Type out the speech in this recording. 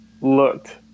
looked